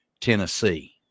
Tennessee